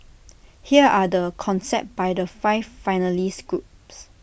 here are the concepts by the five finalist groups